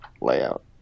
layout